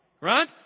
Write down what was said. Right